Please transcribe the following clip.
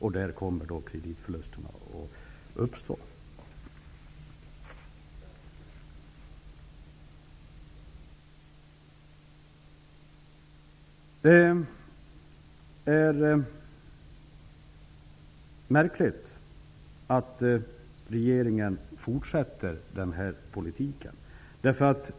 Där kommer kreditförluster att uppstå. Det är märkligt att regeringen fortsätter med denna politik.